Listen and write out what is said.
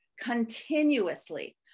continuously